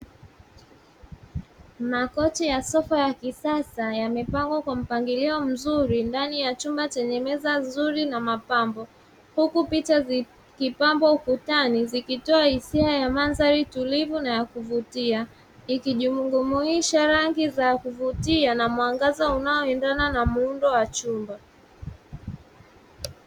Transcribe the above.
Makochi ya sofa ya kisasa yamepangwa kwa mpangilio mzuri ndani ya chumba chenye meza nzuri na mapambo, huku picha zikipambwa ukutani zikitoa hisia za mandhari tulivu na ya kuvutia; ikijumuisha rangi za kuvutia na mwangaza unaoendana na muundo wa chumba.